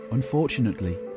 Unfortunately